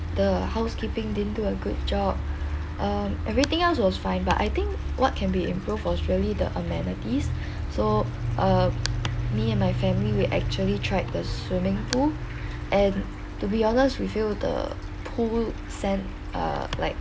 the housekeeping didn't do a good job um everything else was fine but I think what can be improved was really the amenities so uh me and my family we actually tried the swimming pool and to be honest with you the pool scent uh like